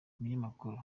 umunyamakuru